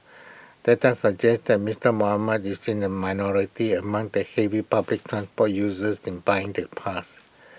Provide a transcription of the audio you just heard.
data suggest that Mister Muhammad is in the minority among the heavy public transport users in buying the pass